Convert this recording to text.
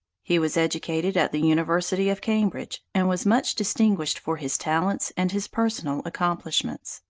he was educated at the university of cambridge, and was much distinguished for his talents and his personal accomplishments.